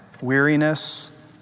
weariness